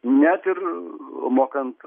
net ir mokant